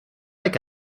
like